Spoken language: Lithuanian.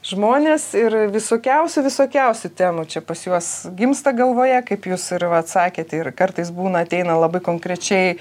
žmonės ir visokiausių visokiausių temų čia pas juos gimsta galvoje kaip jūs ir vat sakėt ir kartais būna ateina labai konkrečiai